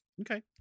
Okay